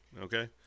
okay